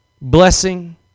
blessing